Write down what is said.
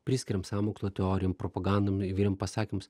priskiriam sąmokslo teorijom propagandom įvairiom pasakymus